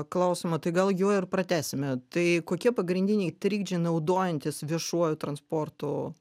klausimą tai gal juo ir pratęsime tai kokie pagrindiniai trikdžiai naudojantis viešuoju transportu